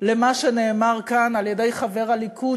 למה שנאמר כאן על-ידי חבר הליכוד,